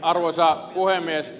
arvoisa puhemies